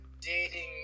dating